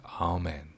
Amen